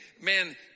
man